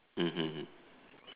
mmhmm